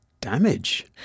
damage